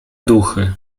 duchy